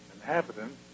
inhabitants